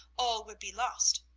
all would be lost.